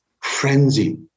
frenzy